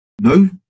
No